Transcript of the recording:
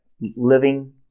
living